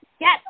Yes